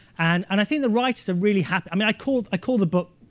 and and i think the writers are really happy. i mean i called i called the book